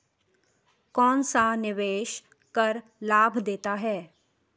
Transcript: कौनसा निवेश कर लाभ देता है?